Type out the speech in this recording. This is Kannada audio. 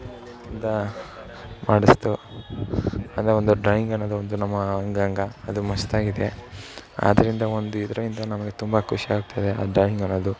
ದಾ ಮಾಡಿಸಿತು ಅದು ಒಂದು ಡ್ರಾಯಿಂಗ್ ಅನ್ನೋದು ಒಂದು ನಮ್ಮ ಅಂಗಾಂಗ ಅದು ಮಸ್ತಾಗಿದೆ ಆದ್ದರಿಂದ ಒಂದು ಇದರಿಂದ ನಮಗೆ ತುಂಬ ಖುಷಿ ಆಗ್ತಿದೆ ಆ ಡ್ರಾಯಿಂಗ್ ಅನ್ನೋದು